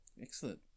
Excellent